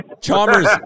Chalmers